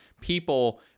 people